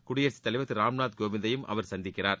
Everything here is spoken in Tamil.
குடியரசுத் தலைவர் திரு ராம்நாத் கோவிந்தையும் அவர் சந்திக்கிறார்